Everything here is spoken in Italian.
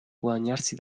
guadagnarsi